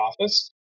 office